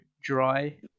dry